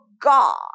God